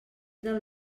del